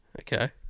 Okay